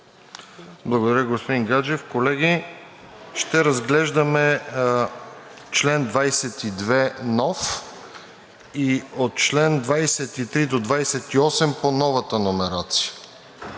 господин Гаджев. Колеги, ще разглеждаме чл. 22 нов и от чл. 23 до чл. 28 по новата номерация,